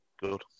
good